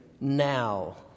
now